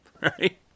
Right